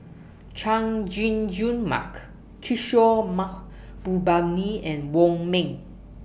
Chay Jung Jun Mark Kishore Mahbubani and Wong Ming